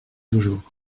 toujours